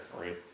Right